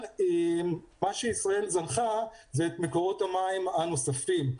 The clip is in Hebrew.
מה שישראל זנחה זה את מקורות המים הנוספים.